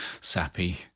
sappy